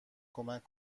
کمک